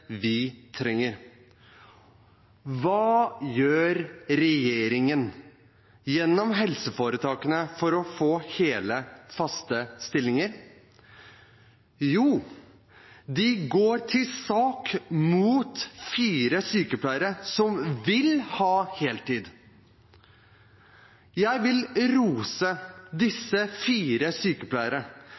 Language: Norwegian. vi trenger. Hva gjør regjeringen gjennom helseforetakene for å få hele, faste stillinger? Jo, de går til sak mot fire sykepleiere som vil ha heltid. Jeg vil rose disse fire